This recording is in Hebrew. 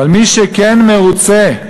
אבל מי שכן מרוצה,